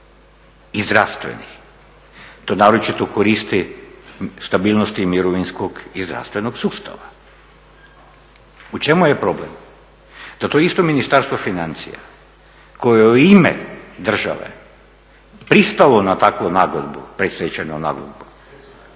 i zdravstvenih, to naročito koristi stabilnosti mirovinskog i zdravstvenog sustava, u čemu je problem da to isto Ministarstvo financija koje je u ime države pristalo na takvu nagodbu, predstečajnu nagodbu